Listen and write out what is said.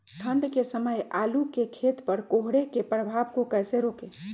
ठंढ के समय आलू के खेत पर कोहरे के प्रभाव को कैसे रोके?